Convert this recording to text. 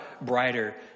brighter